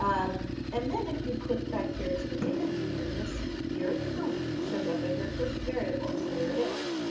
um and then, if you click back here to the data view, you're going to see beers per week shows up as your first variable, so there it is.